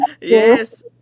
Yes